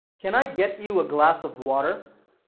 can i get you a glass of water?